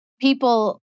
People